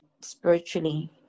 spiritually